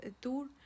tour